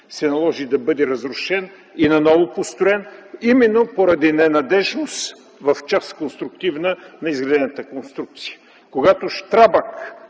се наложи да бъде разрушен и наново построен именно поради ненадеждност в конструктивна част от изградената конструкция. Когато „Щрабак”